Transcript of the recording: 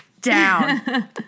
down